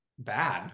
bad